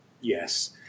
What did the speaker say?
Yes